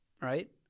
right